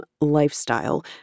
lifestyle